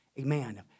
Amen